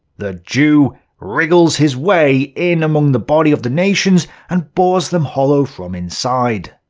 the jew wriggles his way in among the body of the nations and bores them hollow from inside.